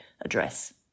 address